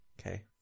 Okay